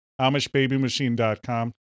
AmishBabyMachine.com